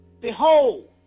Behold